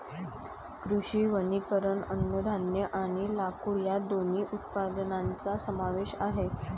कृषी वनीकरण अन्नधान्य आणि लाकूड या दोन्ही उत्पादनांचा समावेश आहे